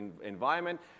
environment